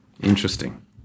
interesting